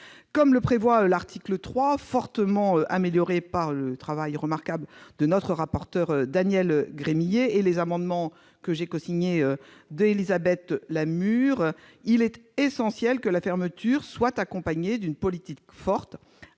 Comme le prévoit l'article 3, fortement amélioré par le travail remarquable de notre rapporteur Daniel Gremillet et les amendements d'Élisabeth Lamure, que j'ai cosignés, il est essentiel que la fermeture soit accompagnée d'une politique forte